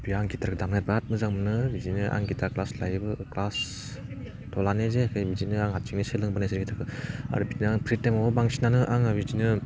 बे आं गिटार दामनो बिराद मोजां मोनो बिदिनो आं गिटार क्लास लायोबा क्लास लानाय जायाखै बिदिनो आं हारसिङै सोलों बोनाय जाबाय थादों आरो बिदिनो प्रि टाइमावबो बांसिनानो आङो बिदिनो